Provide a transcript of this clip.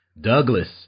Douglas